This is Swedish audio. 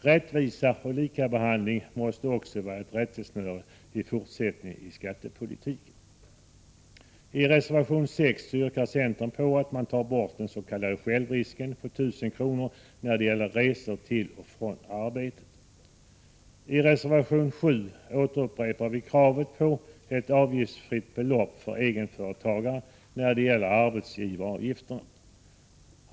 Rättvisa och likabehandling måste även i fortsättningen vara rättesnöret i skattepolitiken. I reservation 6 yrkar centern på att man tar bort den s.k. självrisken på 1 000 kr. när det gäller resor till och från arbetet. I reservation 7 upprepar vi kravet på ett avgiftsfritt belopp för egenföretagare när det gäller arbetsgivaravgifterna.